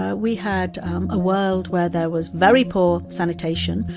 ah we had a world where there was very poor sanitation.